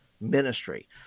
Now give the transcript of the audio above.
ministry